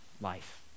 Life